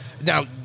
Now